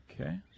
Okay